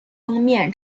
封面